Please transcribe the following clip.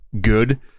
good